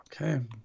Okay